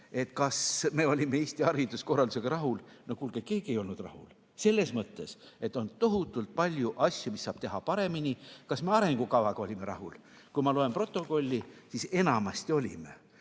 kas me olime Eesti hariduskorraldusega rahul, siis no kuulge, keegi ei olnud rahul, selles mõttes, et on tohutult palju asju, mida saab teha paremini. Kas me arengukavaga olime rahul? Ma loen protokollist, et enamasti olime,